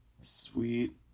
Sweet